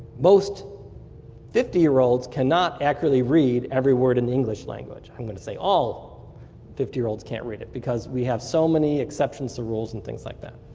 most fifty year olds cannot accurately read every word in the english language. i'm going to say all fifty year olds can't read it, because we have so much exceptions of rules and things like that.